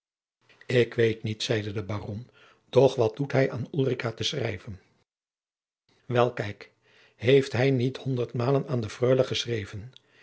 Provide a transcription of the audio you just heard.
ik weet niet zeide de baron doch wat doet hij aan ulrica te schrijven wel kijk heeft hij niet honderdmalen aan de freule geschreven